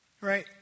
Right